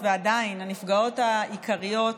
ועדיין, הנפגעות העיקריות